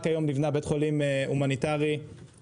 רק היום נבנה בית חולים הומניטרי בהשקעה